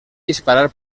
disparar